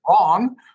wrong